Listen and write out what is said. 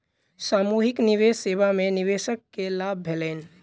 सामूहिक निवेश सेवा में निवेशक के लाभ भेलैन